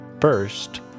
First